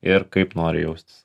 ir kaip nori jaustis